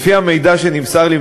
לפי המידע שנמסר לי,